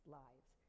lives